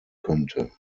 könnte